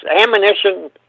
ammunition